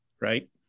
right